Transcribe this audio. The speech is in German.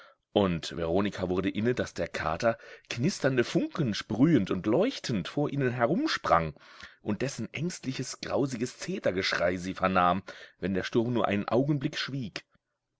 und veronika wurde inne daß der kater knisternde funken sprühend und leuchtend vor ihnen herumsprang und dessen ängstliches grausiges zetergeschrei sie vernahm wenn der sturm nur einen augenblick schwieg